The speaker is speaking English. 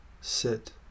sit